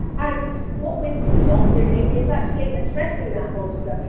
and what we're not doing is actually addressing that monster.